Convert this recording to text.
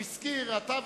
הוא הזכיר שאתה,